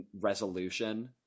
resolution